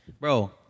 bro